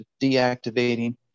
deactivating